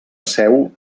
seu